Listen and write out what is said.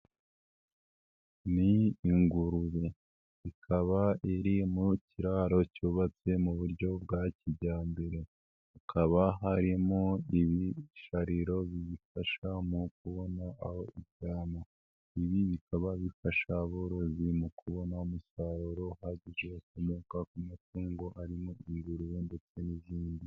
Ni ingurube. Ikaba iri mu kiraro cyubatse mu buryo bwa kijyambere. Hakaba harimo ibisharo biyifasha mu kubona aho iryama. Ibi bikaba bifasha aborozi mu kubona umusaruro uhagije ukomoka ku matungo arimo ingurube ndetse n'izindi.